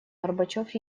горбачев